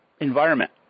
environment